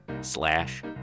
slash